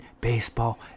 baseball